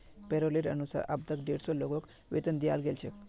पैरोलेर अनुसार अब तक डेढ़ सौ लोगक वेतन दियाल गेल छेक